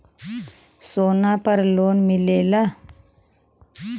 सोना पर लोन मिलेला?